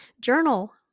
Journal